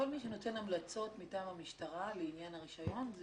כל מי שנותן המלצות מטעם המשטרה לעניין הרישיון,